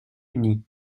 unies